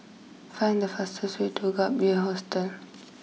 find the fastest way to Gap year Hostel